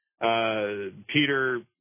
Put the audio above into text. Peter